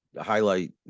highlight